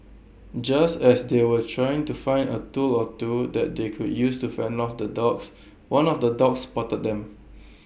just as they were trying to find A tool or two that they could use to fend off the dogs one of the dogs spotted them